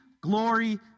glory